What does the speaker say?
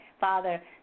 father